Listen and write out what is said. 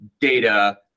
data